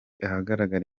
ahagaragara